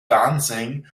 dancing